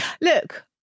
Look